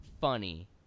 funny